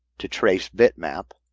to trace bitmap.